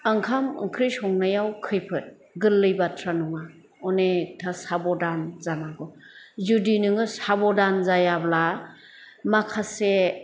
ओंखाम ओंख्रि संनायाव खैफोद गोरलै बाथ्रा नङा अनेकथा साबधान जानांगौ जुदि नोङो साबधान जायाब्ला माखासे